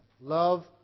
Love